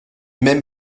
mêmes